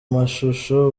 mashusho